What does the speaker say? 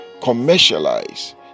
commercialize